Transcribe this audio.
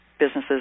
businesses